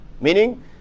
meaning